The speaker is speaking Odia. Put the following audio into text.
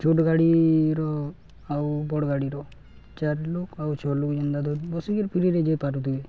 ଛୋଟ ଗାଡ଼ିର ଆଉ ବଡ଼ ଗାଡ଼ିର ଚାରି ଲୋକ ଆଉ ଛଅ ଲୋକ ଯେନ୍ତା ବସିକି ଫ୍ରିରେ ଯାଇ ପାରୁଥିବେ